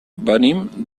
venim